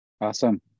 Awesome